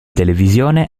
televisione